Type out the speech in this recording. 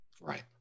Right